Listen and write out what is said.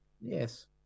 Yes